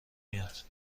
میاد